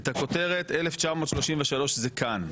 את הכותרת: "1933 זה כאן".